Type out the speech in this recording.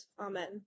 amen